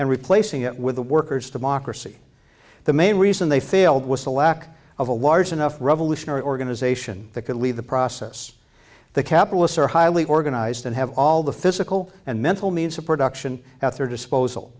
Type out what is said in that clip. and replacing it with the workers democracy the main reason they failed was the lack of a large enough revolutionary organization that could lead the process the capitalists are highly organized and have all the physical and mental means of production at their disposal